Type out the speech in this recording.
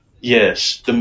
Yes